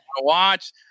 watch